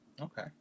Okay